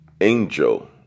angel